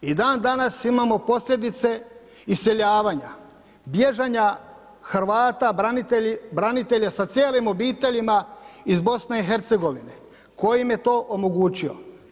I dan-danas imamo posljedice iseljavanja, bježanja Hrvata branitelja sa cijelim obiteljima iz BIH ko im je to omogućio?